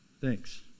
Thanks